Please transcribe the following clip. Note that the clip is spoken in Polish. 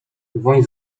woń